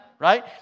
Right